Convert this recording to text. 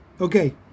Okay